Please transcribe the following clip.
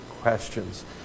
questions